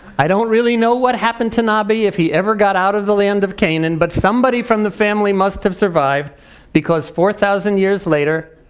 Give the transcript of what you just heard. i don't really know what happened to nobby, if he ever got out of that land of canaan, but somebody from the family must have survived because four thousand years later,